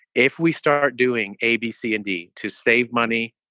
if we start doing abc and d to save money,